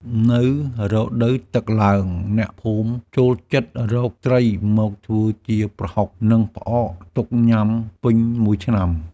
នៅរដូវទឹកឡើង អ្នកភូមិចូលចិត្តរកត្រីមកធ្វើជាប្រហុក និងផ្អកទុកញ៉ាំពេញមួយឆ្នាំ។